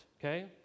okay